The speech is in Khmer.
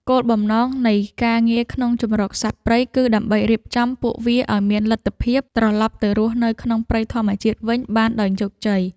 គោលបំណងនៃការងារក្នុងជម្រកសត្វព្រៃគឺដើម្បីរៀបចំពួកវាឱ្យមានលទ្ធភាពត្រលប់ទៅរស់នៅក្នុងព្រៃធម្មជាតិវិញបានដោយជោគជ័យ។